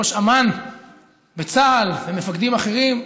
ראש אמ"ן בצה"ל ומפקדים אחרים,